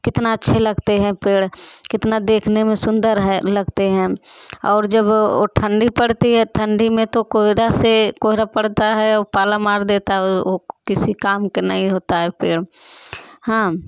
कितने अच्छे लगते हैं पेड़ कितने देखने में सुंदर हैं लगते हैं और जब ठंडी पड़ती है ठंडी में तो कोहरा से कोहरा पड़ता है और पाला मार देता है वो किसी काम के नहीं होता है पेड़ हाँ